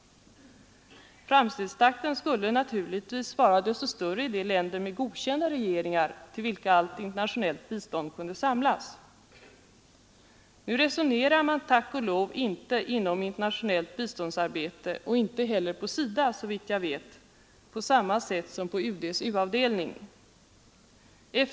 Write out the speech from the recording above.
Framstegstakten skulle naturligtvis vara desto större i de länder som hade godkända regeringar till vilka allt internationellt bistånd kunde samlas. Nu resonerar man tack och lov inte inom internationellt biståndsarbete — och inte heller på SIDA såvitt jag vet — på samma sätt som på UD:s u-avdelning.